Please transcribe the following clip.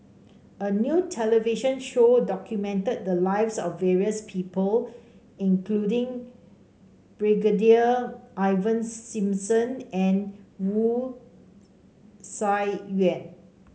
a new television show documented the lives of various people including Brigadier Ivan Simson and Wu Tsai Yen